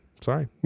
Sorry